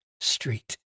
street